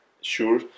sure